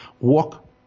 walk